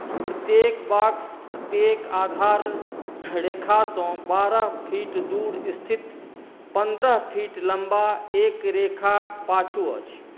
प्रत्येक बॉक्स प्रत्येक आधार रेखासँ बारह फीट दूर स्थित पन्द्रह फीट लम्बा एक रेखाक पाछू अछि